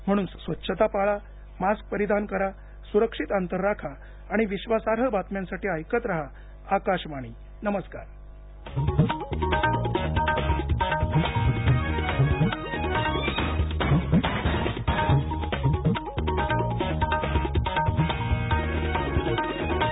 म्हणून स्वच्छता पाळा मास्क परिधान करा सरक्षित अंतर राखा आणि विश्वासार्ह बातम्यांसाठी ऐकत राहा आकाशवाणी नमरुकार